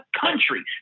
country